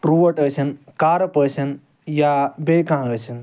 trout ٲسٕنۍ carp ٲسٕنۍ یا بیٚیہِ کانٛہہ ٲسٕنۍ